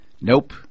Nope